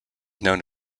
known